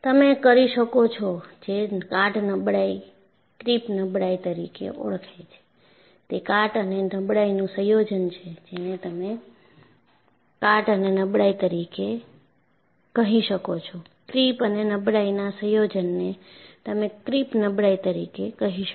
તમે કરી શકો છો જે કાટ નબળાઈ ક્રિપ નબળાઈ તરીકે ઓળખાય છે તે કાટ અને નબળાઈનું સંયોજન છે જેને તમે કાટ અને નબળાઈ તરીકે કહી શકો છો ક્રીપ અને નબળાઈના સંયોજનને તમે ક્રીપ નબળાઈ તરીકે કહી શકો છો